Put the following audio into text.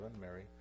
Mary